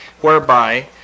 whereby